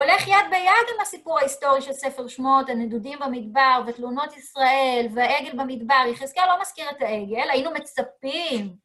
הולך יד ביד עם הסיפור ההיסטורי של ספר שמות, הנדודים במדבר, ותלונות ישראל, והעגל במדבר, יחזקאל לא מזכיר את העגל, היינו מצפים